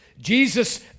Jesus